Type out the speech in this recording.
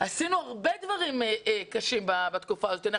עשינו הרבה דברים קשים בתקופה הזאת.